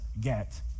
get